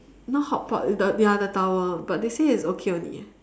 not hotpot it's the ya the tower but they say it's okay only eh